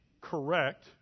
correct